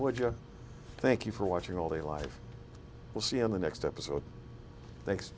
would you thank you for watching all the life we'll see in the next episode thanks